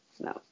no